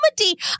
comedy